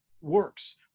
works